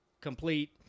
complete